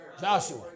Joshua